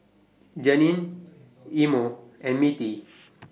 Jeannine Imo and Mittie